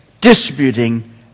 distributing